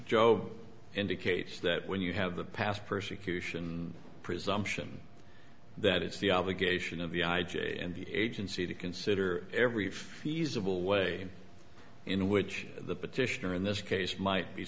joe indicates that when you have the past persecution and presumption that it's the obligation of the i j a and the agency to consider every feasible way in which the petitioner in this case might be